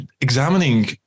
examining